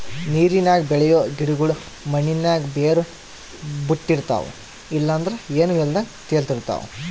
ನೀರಿನಾಗ ಬೆಳಿಯೋ ಗಿಡುಗುಳು ಮಣ್ಣಿನಾಗ ಬೇರು ಬುಟ್ಟಿರ್ತವ ಇಲ್ಲಂದ್ರ ಏನೂ ಇಲ್ದಂಗ ತೇಲುತಿರ್ತವ